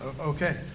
okay